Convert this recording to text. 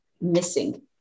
missing